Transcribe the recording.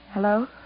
Hello